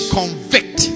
convict